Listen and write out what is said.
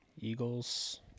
Eagles